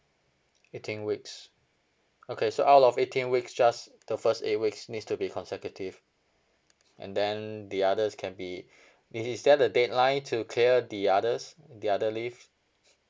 eighteen weeks okay so out of eighteen weeks just the first eight weeks needs to be consecutive and then the others can be dey is there a dateline to clear the others the other leave